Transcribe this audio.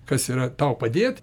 kas yra tau padėt